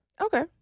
Okay